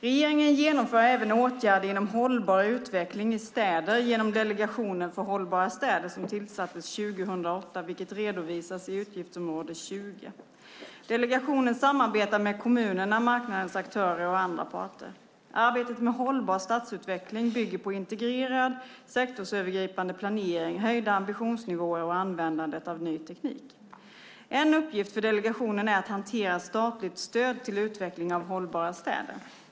Regeringen genomför även åtgärder inom hållbar utveckling i städer genom Delegationen för hållbara städer som tillsattes 2008, vilket redovisas i utgiftsområde 20. Delegationen samarbetar med kommunerna, marknadens aktörer och andra parter. Arbetet med hållbar stadsutveckling bygger på integrerad sektorsövergripande planering, höjda ambitionsnivåer och användandet av ny teknik. En uppgift för delegationen är att hantera statligt stöd till utveckling av hållbara städer.